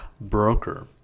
broker